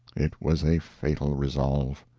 it was a fatal resolve.